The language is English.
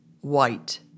white